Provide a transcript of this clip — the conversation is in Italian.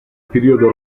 periodo